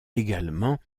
également